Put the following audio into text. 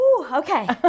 okay